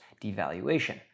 devaluation